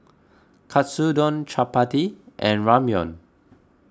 Katsudon Chapati and Ramyeon